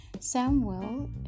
Samuel